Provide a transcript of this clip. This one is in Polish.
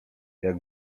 jak